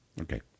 Okay